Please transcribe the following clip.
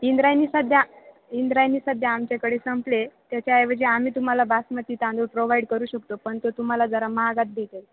इंद्रायणी सध्या इंद्रायणी सध्या आमच्याकडे संपले त्याच्या ऐवजी आम्ही तुम्हाला बासमती तांदूळ प्रोव्हाईड करू शकतो पण तो तुम्हाला जरा महागात भटेल